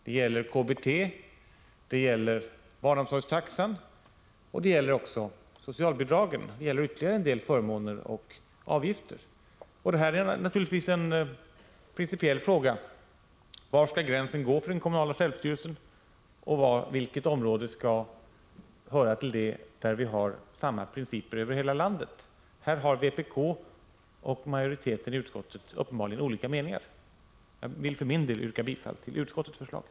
Det gäller KBT, barnomsorgstaxan och socialbidragen. Det gäller också en del andra förmåner och avgifter. En principiell fråga är naturligtvis: Var skall gränsen gå när det gäller den kommunala självstyrelsen och i vilken omfattning skall principerna vara desamma i hela landet? Här har vpk och majoriteten i utskottet uppenbarligen olika meningar. Jag för min del yrkar bifall till utskottets hemställan.